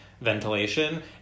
ventilation